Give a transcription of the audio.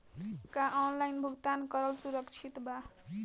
का ऑनलाइन भुगतान करल सुरक्षित बा?